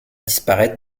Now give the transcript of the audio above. disparaître